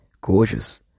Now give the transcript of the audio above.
gorgeous